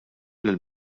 lill